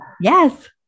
Yes